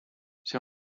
see